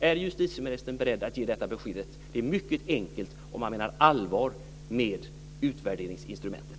Är justitieministern beredd att ge detta besked? Det är mycket enkelt om han menar allvar med utvärderingsinstrumentet.